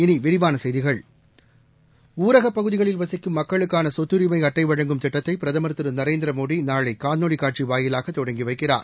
இனி விரிவான செய்திகள் ஊரகப் பகுதிகளில் வசிக்கும் மக்களுக்கான சொத்தரிமை அட்டை வழங்கும் திட்டத்தை பிரதமா் திரு நரேந்திரமோடி நாளை காணொலி காட்சி வாயிலாக தொடங்கி வைக்கிறார்